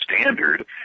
standard